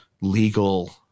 legal